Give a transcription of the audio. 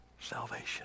salvation